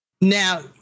Now